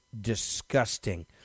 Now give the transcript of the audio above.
disgusting